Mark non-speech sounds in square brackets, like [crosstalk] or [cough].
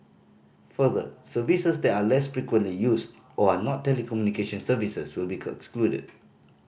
further services that are less frequently used or are not telecommunication services will be [unintelligible]